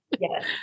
yes